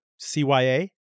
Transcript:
CYA